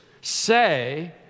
say